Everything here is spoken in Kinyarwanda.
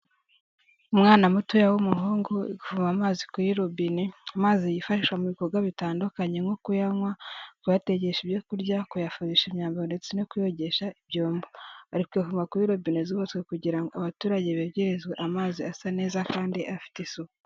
Umwana mutoya w'umuhungu uri kuvoma amazi kuri robine, amazi yifasha mu bikorwa bitandukanye nko kuyanywa, kuyatekesha ibyo kurya, kuyafarisha imyambaro ndetse no kuyogesha ibyombo. Ari kuyavoma kuri robine zubatswe kugira ngo abaturage begerezwe amazi asa neza kandi afite isuku.